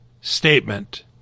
statement